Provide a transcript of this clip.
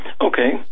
Okay